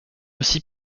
aussi